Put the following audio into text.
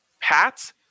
Pats